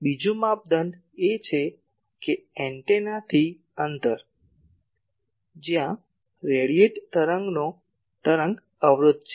બીજો માપદંડ એ છે કે એન્ટેનાથી અંતર જ્યાં રેડીયેટેડ તરંગનો તરંગ અવરોધ છે